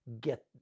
get